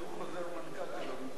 חוזר מנכ"ל שלא מתקיים בפועל.